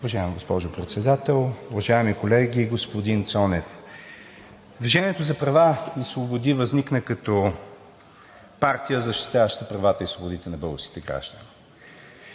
Уважаема госпожо Председател, уважаеми колеги! Господин Цонев, „Движение за права и свободи“ възникна като партия, защитаваща правата и свободите на българските граждани.